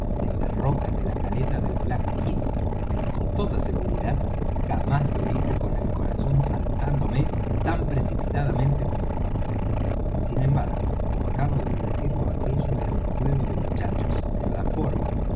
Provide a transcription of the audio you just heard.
en las rocas de la caleta del black hill pero con toda seguridad jamás lo hice con el corazón saltándome tan precipitadamente como entonces sin embargo como acabo de decirlo aquello era un juego de muchachos en la forma